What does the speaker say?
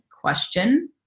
question